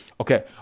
Okay